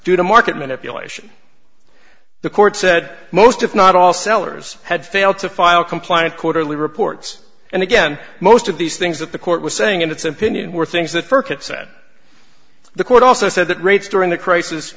to market manipulation the court said most if not all sellers had failed to file compliant quarterly reports and again most of these things that the court was saying in its opinion were things that first upset the court also said that rates during the crisis